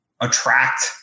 attract